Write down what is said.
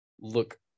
look